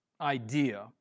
idea